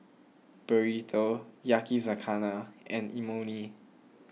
Burrito Yakizakana and Imoni